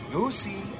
Lucy